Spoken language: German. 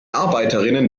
arbeiterinnen